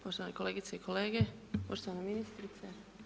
Poštovane kolegice i kolege, poštovana ministrice.